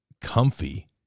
comfy